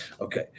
okay